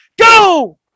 Go